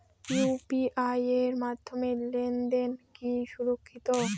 UPI এর মাধ্যমে লেনদেন কি সুরক্ষিত?